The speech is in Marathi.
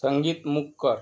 संगीत मूक कर